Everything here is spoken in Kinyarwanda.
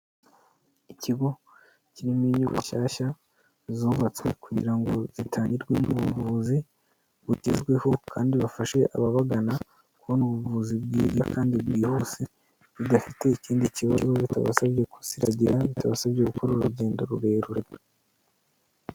Ikigo kirimo inyubako nshyashya, zubatswe kugira ngo zitangirwe mo ubuvuzi bugezweho, kandi bafashe ababagana kubona ubuvuzi bwiza kandi bwihuse budafite ikindi kibazo bitabasabye gusiragira, bitabasabye gukora urugendo rurerure.